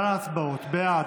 להלן התוצאות: בעד,